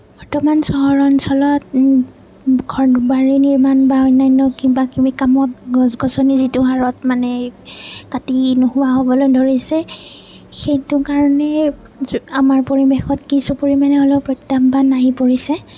বৰ্তমান চহৰ অঞ্চলত ঘৰ বাৰী নিৰ্মাণ বা অন্য়ান্য কিবাকিবি কামত গছ গছনি যিটো হাৰত মানে কাটি নোহোৱা হ'বলৈ ধৰিছে সেইটো কাৰণে আমাৰ পৰিৱেশত কিছু পৰিমাণে হ'লেও প্ৰত্যাহবান আহি পৰিছে